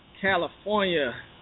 California